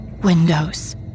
windows